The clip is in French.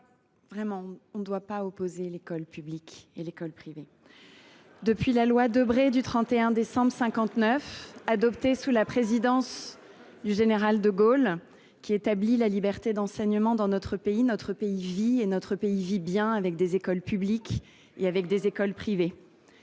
vraiment que l’on ne doit pas opposer l’école publique et l’école privée. C’est une autocritique ! Depuis la loi Debré du 31 décembre 1959, adoptée sous la présidence du général de Gaulle, qui établit la liberté d’enseignement dans notre pays, celui ci vit et vit bien avec des écoles publiques et avec des écoles privées.